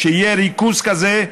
כשיהיה ריכוז כזה,